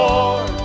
Lord